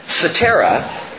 Satera